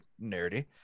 nerdy